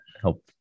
help